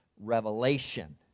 revelation